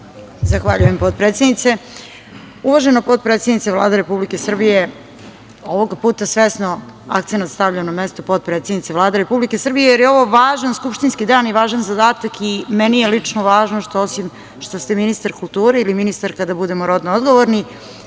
Zahvaljujem, potpredsednice. Uvažena potpredsednice Vlade Republike Srbije, ovoga puta svesno akcenat stavljam na mesto potpredsednice Vlade Republike Srbije jer je ovo važan skupštinski dan i važan zadatak i meni je lično važno što ste ministar kulture ili ministarka, da budemo rodno odgovorni,